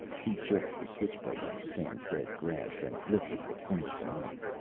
he jerked the switch-blade out of sam's dead grasp and looked at the point of the knife.